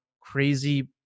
crazy